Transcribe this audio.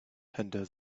under